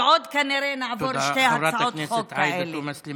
ועוד כנראה נעבור עוד שתי הצעות חוק כאלה.